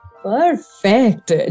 Perfect